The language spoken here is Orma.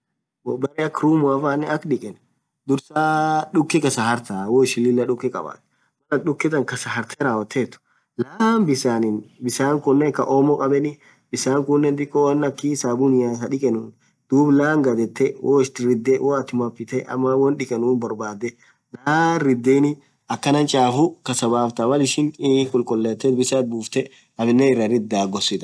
Woo beree akha roomuafanen akha dhiken dhursaa dhukee kasaaa harthaa woishin lilah dhukee khabathu Mal atin dhuke tan kasa hartee rawothethu laaan bisaninn bisan khun mee khaan Omo khabeni bisan khunen dhiko won akhii sabunia Khaa dhikenuni dhub laan ghad yethee woithi ridhee woathi mopithe ama wonn dhikenuni borbadhee laan ridheni akhanan chafu kasabaftha Mal ishin khulkhullethe bisan itbufthe aminen iraridhaa Kaa ghosenun